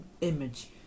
image